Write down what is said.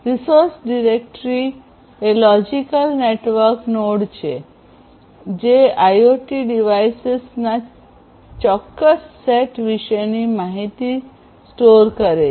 resource directory એ logical network node છે જે આઇઓટી ડિવાઇસેસના ચોક્કસ સેટ વિશેની માહિતી સ્ટોર કરે છે